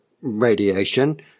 radiation